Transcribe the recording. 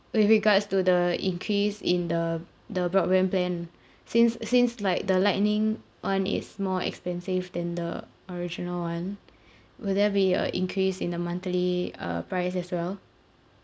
with regards to the increase in the the broadband plan since since like the lightning one is more expensive than the original one will there be a increase in the monthly uh price as well